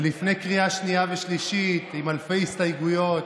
ולפני קריאה שנייה ושלישית, עם אלפי הסתייגויות,